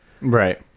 Right